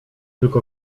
tylko